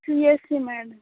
CSE madam